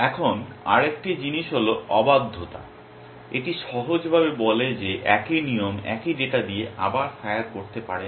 এখন আরেকটি জিনিস হল অবাধ্যতা এটি সহজভাবে বলে যে একই নিয়ম একই ডেটা দিয়ে আবার ফায়ার করতে পারে না